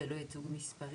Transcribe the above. ולא רק ייצוג מספרי.